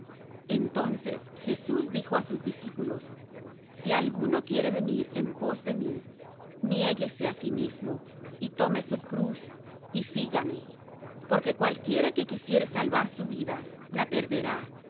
entonces jesús dijo á sus discípulos si alguno quiere venir en pos de mí niéguese á sí mismo y tome su cruz y sígame porque cualquiera que quisiere salvar su vida la perderá